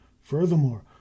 Furthermore